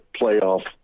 playoff